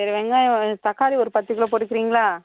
சரி வெங்காயம் தக்காளி ஒரு பத்து கிலோ போட்டுக்கிறீங்களா